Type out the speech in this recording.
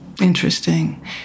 Interesting